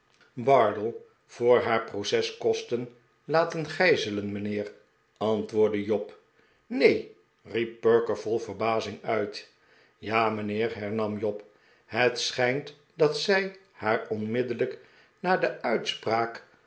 bardell voor haar proceskosten laten gijzelen mijnheer antwoordde job neen riep perker vol verbazing uit ja mijnheer hernam job het schijnt dat zij haar onmiddellijk na de uitspraak